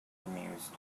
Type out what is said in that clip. amused